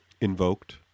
Invoked